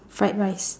fried rice